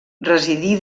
residí